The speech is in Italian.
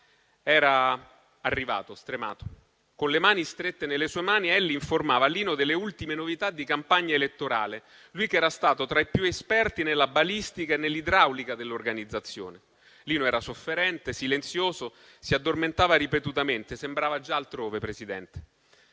Era arrivato, stremato, con le mani strette nelle sue mani, Elly informava Lino delle ultime novità della campagna elettorale. Lui che era stato tra i più esperti nella balistica e nell'idraulica dell'organizzazione. Lino era sofferente e silenzioso, si addormentava ripetutamente, sembrava già altrove. Era